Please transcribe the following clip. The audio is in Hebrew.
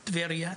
טבריה,